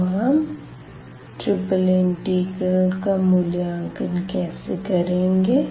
तो हम triple integral का मूल्यांकन कैसे करेंगे